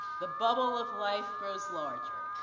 the bubble of life grows larger,